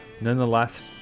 Nonetheless